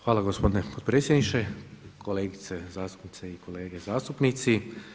Hvala gospodine potpredsjedniče, kolegice zastupnice i kolege zastupnici.